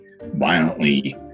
violently